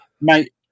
Mate